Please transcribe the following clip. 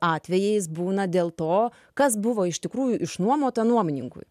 atvejais būna dėl to kas buvo iš tikrųjų išnuomota nuomininkui